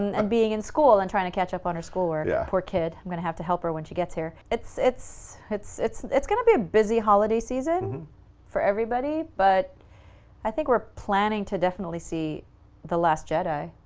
and and being in school and trying to catch up on her schoolwork, yeah poor kid. i'm gonna have to help her when she gets here. it's it's it's it's it's gonna be a busy holiday season for everybody, but i think we're and to definitely see the last jedi.